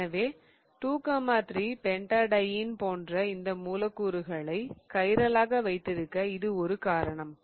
எனவே 23 pentadiene 23 pentadiene போன்ற இந்த மூலக்கூறுகளை கைரலாக வைத்திருக்க இது ஒரு காரணம்